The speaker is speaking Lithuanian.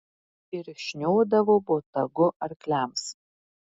ir šniodavo botagu arkliams